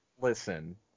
listen